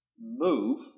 move